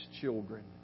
children